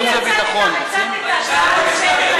רגע, אני הצעתי את ההצעה לסדר-היום.